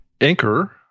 Anchor